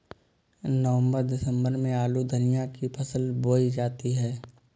नवम्बर दिसम्बर में आलू धनिया की फसल बोई जाती है?